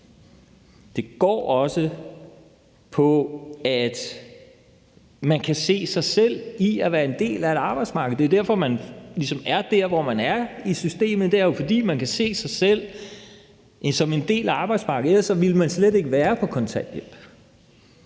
Det går også på, at man kan se sig selv i at være en del af et arbejdsmarked. Det er derfor, man ligesom er der, hvor man er i systemet, altså fordi man kan se sig selv som en del af arbejdsmarkedet, for ellers ville man slet ikke være på kontanthjælp.